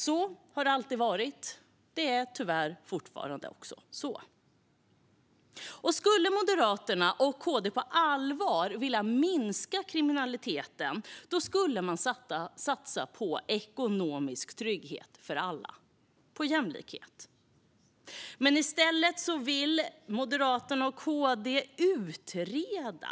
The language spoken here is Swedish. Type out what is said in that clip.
Så har det alltid varit, och det är tyvärr fortfarande så. Skulle Moderaterna och KD på allvar vilja minska kriminaliteten skulle de satsa på ekonomisk trygghet för alla - på jämlikhet. Men i stället vill Moderaterna och KD utreda.